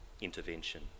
intervention